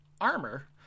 armor